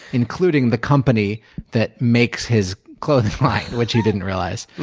including the company that makes his clothing line which he didn't realize.